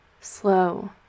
slow